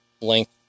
length